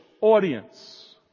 audience